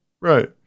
Right